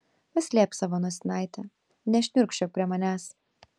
paslėpk savo nosinaitę nešniurkščiok prie manęs